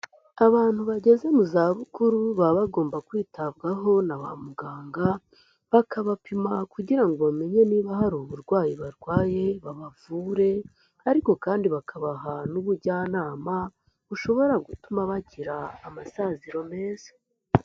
Abantu bageze mu zabukuru baba bagomba kwitabwaho na ba muganga, bakabapima kugira ngo bamenye niba hari uburwayi barwaye babavure ariko kandi bakabaha n'ubujyanama bushobora gutuma bagira amasaziro meza.